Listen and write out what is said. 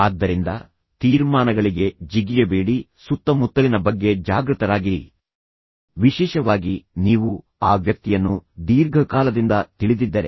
ಆದ್ದರಿಂದ ತೀರ್ಮಾನಗಳಿಗೆ ಜಿಗಿಯಬೇಡಿ ಸುತ್ತಮುತ್ತಲಿನ ಬಗ್ಗೆ ಜಾಗೃತರಾಗಿರಿ ವಿಶೇಷವಾಗಿ ನೀವು ಆ ವ್ಯಕ್ತಿಯನ್ನು ದೀರ್ಘಕಾಲದಿಂದ ತಿಳಿದಿದ್ದರೆ